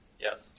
Yes